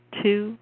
two